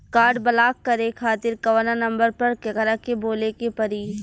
Card block करे खातिर कवना नंबर पर केकरा के बोले के परी?